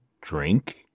drink